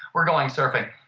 we're going surfing.